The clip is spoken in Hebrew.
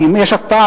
כי אם יש הקפאה,